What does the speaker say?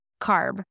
CARB